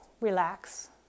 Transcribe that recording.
relax